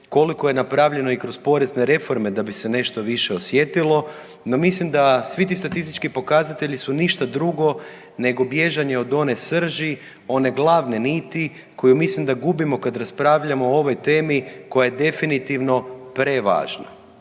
koliko je napravljeno i kroz porezne reforme da bi se nešto više osjetilo, no mislim da svi ti statistički pokazatelji su ništa drugo nego bježanje od one srži, one glavne niti koju mislim da gubimo kad raspravljamo o ovoj temi koja je definitivno prevažna.